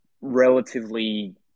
relatively